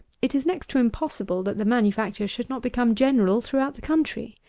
it is next to impossible that the manufacture should not become general throughout the country.